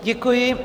Děkuji.